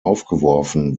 aufgeworfen